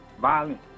violence